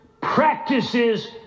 practices